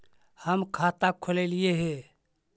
हम खाता खोलैलिये हे?